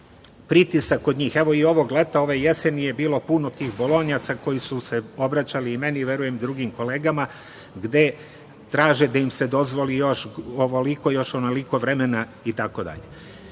pritisak od njih. Evo, i ovo leta, ove jeseni je bilo puno tih Bolonjaca koji su se obraćali i meni, a verujem i drugim kolegama, gde traže da im se dozvoli još ovoliko, još onoliko vremena, itd. Još